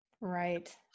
Right